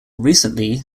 recently